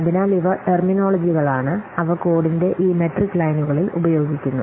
അതിനാൽ ഇവ ടെർമിനോളജികളാണ് അവ കോഡിന്റെ ഈ മെട്രിക് ലൈനുകളിൽ ഉപയോഗിക്കുന്നു